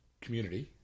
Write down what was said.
Community